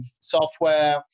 Software